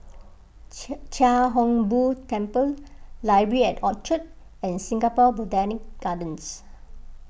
Chia Hung Boo Temple Library at Orchard and Singapore Botanic Gardens